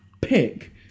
pick